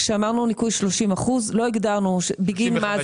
כשאמרנו ניכוי 30% לא הגדרנו בגין מה זה.